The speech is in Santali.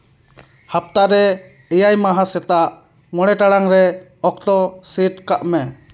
ᱦᱟᱯᱛᱟ ᱨᱮ ᱮᱭᱟᱭ ᱢᱟᱦᱟ ᱥᱮᱛᱟᱜ ᱢᱚᱬᱮ ᱴᱟᱲᱟᱝ ᱨᱮ ᱚᱠᱛᱚ ᱥᱮᱴ ᱠᱟᱜ ᱢᱮ